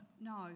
No